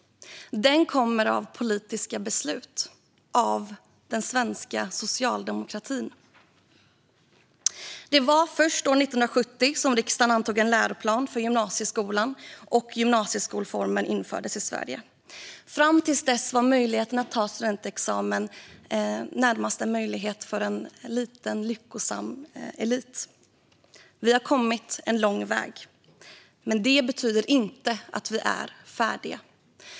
Den har kommit till genom politiska beslut, av den svenska socialdemokratin. Det var först år 1970 som riksdagen antog en läroplan för gymnasieskolan och gymnasieskolformen infördes i Sverige. Fram till dess var möjligheten att ta studentexamen närmast en möjlighet för en liten lyckosam elit. Vi har kommit en lång väg, men det betyder inte att vi är färdiga.